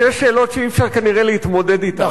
שיש שאלות שאי-אפשר כנראה להתמודד אתן,